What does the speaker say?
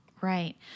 Right